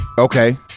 Okay